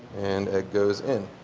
and egg goes in.